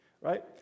right